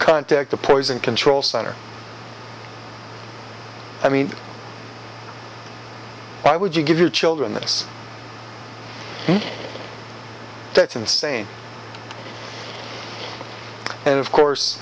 contact the poison control center i mean why would you give your children this that's insane and of course